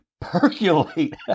percolate